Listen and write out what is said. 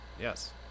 Yes